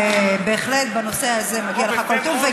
בהחלט בנושא הזה מגיע לך כל טוב,